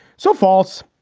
so false.